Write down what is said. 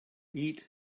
eat